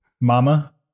Mama